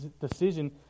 decision